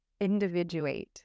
individuate